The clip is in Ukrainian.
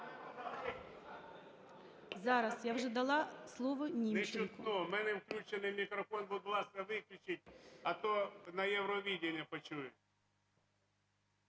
Зараз, я вже дала слово Німченку.